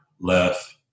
left